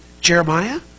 Jeremiah